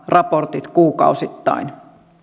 raportit kuukausittain